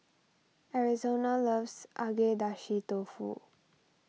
Arizona loves Agedashi Dofu